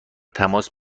تماس